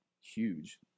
huge